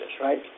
right